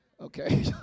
Okay